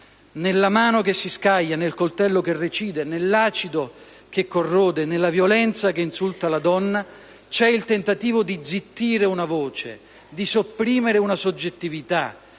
Nella mano che si scaglia, nel coltello che recide, nell'acido che corrode e nella violenza che insulta la donna c'è il tentativo di zittire una voce, di sopprimere una soggettività.